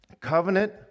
covenant